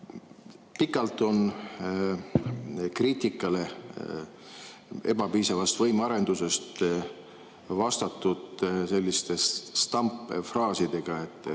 Pikalt on kriitikale ebapiisava võimearenduse kohta vastatud selliste stampfraasidega, et